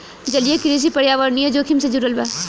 जलीय कृषि पर्यावरणीय जोखिम से जुड़ल बा